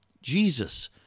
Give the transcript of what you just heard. jesus